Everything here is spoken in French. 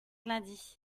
lundi